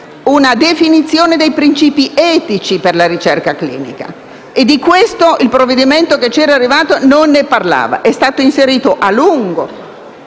una definizione dei principi etici per la ricerca clinica. Di questo il provvedimento che ci era arrivato non parlava affatto.